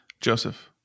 Joseph